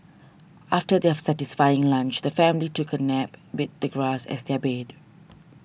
after their satisfying lunch the family took a nap with the grass as their bed